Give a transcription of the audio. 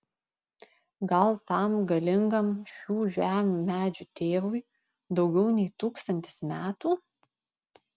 gal tam galingam šių žemių medžių tėvui daugiau nei tūkstantis metų